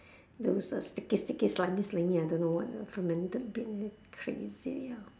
those uh sticky sticky slimy slimy I don't know what uh fermented bean crazy ah